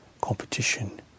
competition